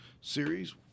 series